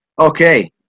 Okay